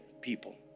people